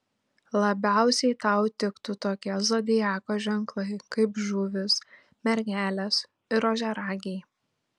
labiausiai tau tiktų tokie zodiako ženklai kaip žuvys mergelės ir ožiaragiai